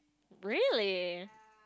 really